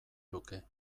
luke